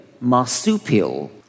marsupial